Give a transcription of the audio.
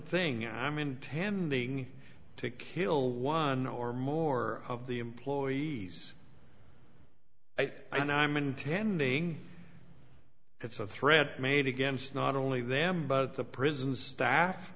thing i'm intending to kill one or more of the employees and i'm intending that's a threat made against not only them but the prisons staff